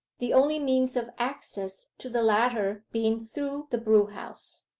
the only means of access to the latter being through the brewhouse.